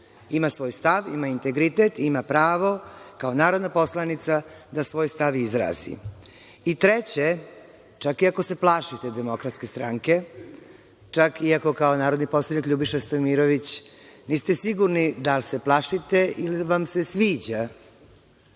Ima svoj stav, ima integritet, ima pravo kao narodna poslanica da svoj stav izrazi.I treće, čak i ako se plašite DS, čak i ako kao narodni poslanik Ljubiša Stojimirović niste sigurni da li se plašite ili vam se sviđa.